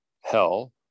hell